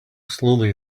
slowly